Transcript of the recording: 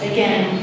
Again